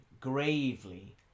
gravely